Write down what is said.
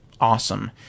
awesome